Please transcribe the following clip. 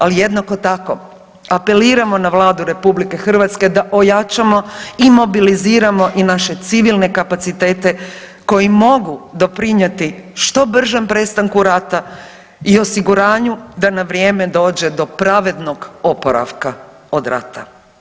Ali jednako tako apeliramo na Vladu RH da ojačamo i mobiliziramo i naše civilne kapacitete koji mogu doprinijeti što bržem prestanku rata i osiguranju da na vrijeme dođe do pravednog oporavka od rata.